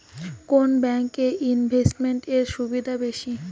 কোন ব্যাংক এ ইনভেস্টমেন্ট এর সুবিধা বেশি?